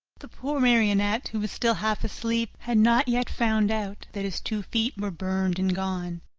the poor marionette, who was still half asleep, had not yet found out that his two feet were burned and gone.